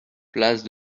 place